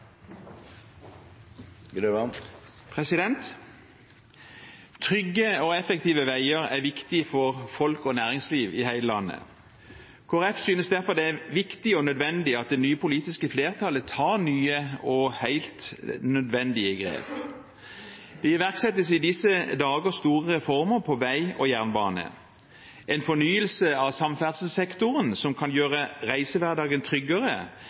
viktig og nødvendig at det nye politiske flertallet tar nye og helt nødvendige grep. Det iverksettes i disse dager store reformer innen vei og jernbane. En fornyelse av samferdselssektoren som kan gjøre reisehverdagen tryggere,